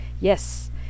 yes